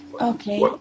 Okay